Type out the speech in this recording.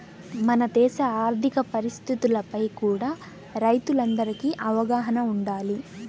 మన దేశ ఆర్ధిక పరిస్థితులపై కూడా రైతులందరికీ అవగాహన వుండాలి